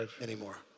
anymore